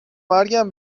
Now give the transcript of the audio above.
مرگم